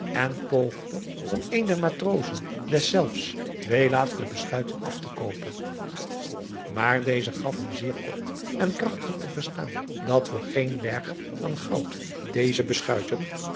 en poogde van een der matrozen deszelfs twee laatste beschuiten af te koopen maar deze gaf adriaan loosjes pzn het leven van johannes wouter blommesteyn hem zeer kort en krachtig te verstaan dat voor geen berg van goud deze beschuiten